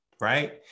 right